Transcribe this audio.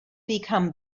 become